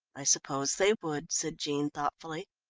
i suppose they would, said jean thoughtfully.